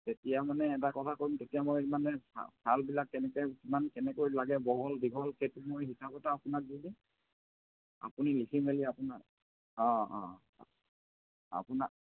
তেতিয়া মানে এটা কথা কৰিম তেতিয়া মই মানে শ্বাল শ্বালবিলাক কেনেকৈ ইমান কেনেকৈ লাগে বহল দীঘল সেইটো মোৰ হিচাপ এটা আপোনাক দি দিম আপুনি লিখি মেলি আপোনাক অঁ অঁ আপোনাক